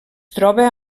troba